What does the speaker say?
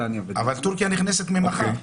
אבל טורקיה נכנסת ממחר.